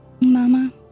Mama